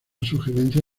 sugerencia